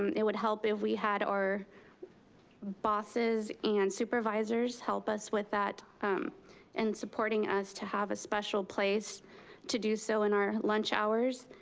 it would help if we had our bosses and supervisors help us with that and supporting us to have a special place to do so in our lunch hours.